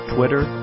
Twitter